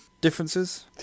Differences